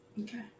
Okay